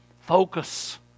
Focus